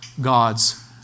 God's